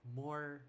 more